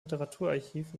literaturarchiv